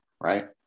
right